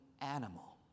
animal